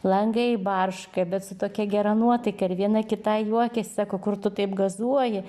langai barška bet su tokia gera nuotaika ir viena kitai juokias sako kur tu taip gazuoji